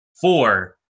four